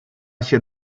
się